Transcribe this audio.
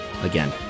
again